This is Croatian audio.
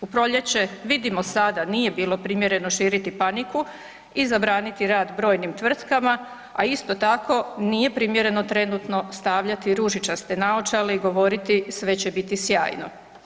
U proljeće, vidimo sada, nije bilo primjereno širiti paniku i zabraniti rad brojnim tvrtkama, a isto tako, nije primjereno trenutno stavljati ružičaste naočale i govoriti sve će biti sjajno.